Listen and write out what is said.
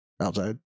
outside